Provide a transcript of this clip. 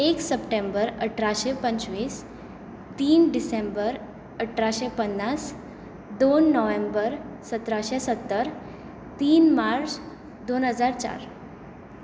एक सप्टेंबर अठराशें पंचवीस तीन डिसेंबर अठराशें पन्नास दोन नोव्हेंबर सतराशें सत्तर तीन मार्च दोन हजार चार